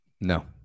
No